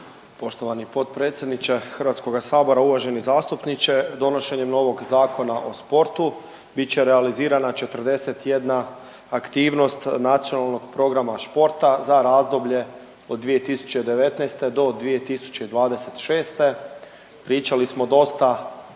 Poštovani potpredsjedniče HS-a, uvaženi zastupniče. Donošenjem novog Zakona o sportu bit će realizirana 41 aktivnost Nacionalnog programa športa za razdoblje od 2019. do 2026. Pričali smo dosta,